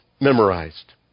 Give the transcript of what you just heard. memorized